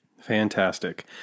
fantastic